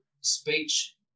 speech –